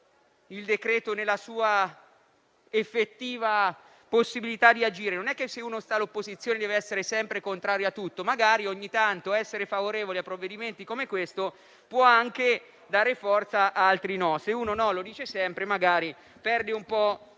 il decreto nella sua effettiva possibilità di agire. Se si sta all'opposizione, non si deve essere sempre contrari a tutto; ogni tanto essere favorevoli a provvedimenti come questo può anche dare forza, ad altri no. Se si dice sempre no, magari perde un po'